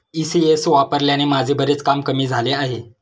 ECS वापरल्याने माझे बरेच काम कमी झाले आहे